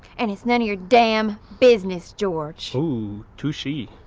and it's none of your damn business george. ooooh tushie.